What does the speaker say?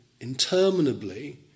interminably